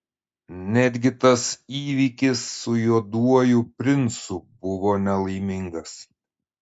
netgi tas įvykis su juoduoju princu buvo nelaimingas